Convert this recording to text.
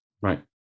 Right